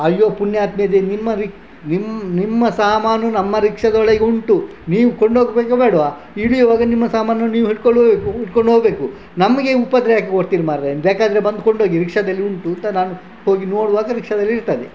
ಅಯ್ಯೋ ಪುಣ್ಯಾತ್ಮೆದಿ ನಿಮ್ಮ ರಿಕ್ ನಿಮ್ಮ ಸಾಮಾನು ನಮ್ಮ ರಿಕ್ಷಾದೊಳಗೆ ಉಂಟು ನೀವು ಕೊಂಡೋಗ್ಬೇಕಾ ಬೇಡವಾ ಇಳಿಯುವಾಗ ನಿಮ್ಮ ಸಾಮಾನು ನೀವು ಹಿಡ್ಕೊಂಡು ಹಿಡ್ಕೊಂಡು ಹೋಗಬೇಕು ನಮಗೆ ಉಪದ್ರವ ಯಾಕೆ ಕೊಡ್ತೀರ ಮಾರ್ರೆ ಬೇಕಾದ್ರೆ ಬಂದು ಕೊಂಡೋಗಿ ರಿಕ್ಷಾದಲ್ಲಿ ಉಂಟು ಅಂತ ನಾನು ಹೋಗಿ ನೋಡುವಾಗ ರಿಕ್ಷಾದಲ್ಲಿ ಇರ್ತದೆ